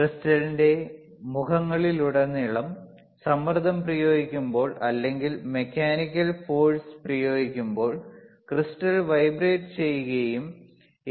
ക്രിസ്റ്റലിന്റെ മുഖങ്ങളിലുടനീളം സമ്മർദ്ദം പ്രയോഗിക്കുമ്പോൾ അല്ലെങ്കിൽ മെക്കാനിക്കൽ ഫോഴ്സ് പ്രയോഗിക്കുമ്പോൾ ക്രിസ്റ്റൽ വൈബ്രേറ്റുചെയ്യുകയും A